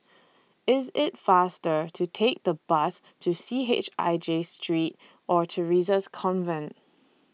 IS IT faster to Take The Bus to C H I J Street Or Theresa's Convent